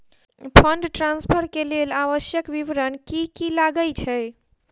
Fund transfer केँ लेल आवश्यक विवरण की की लागै छै?